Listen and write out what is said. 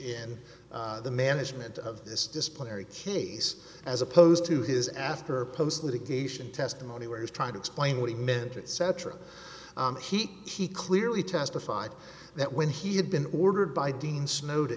in the management of this disciplinary kiddies as opposed to his after post litigation testimony where he's trying to explain what he meant it cetera and he he clearly testified that when he had been ordered by dean snow